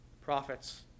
prophets